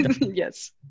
Yes